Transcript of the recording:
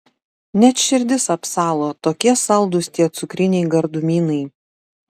net širdis apsalo tokie saldūs tie cukriniai gardumynai